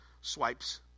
swipes